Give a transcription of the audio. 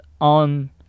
on